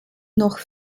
noch